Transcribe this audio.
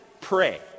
pray